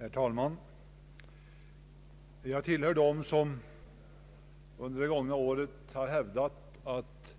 Herr talman! Jag tillhör dem som under det gångna året har hävdat att